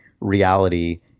reality